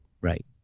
Right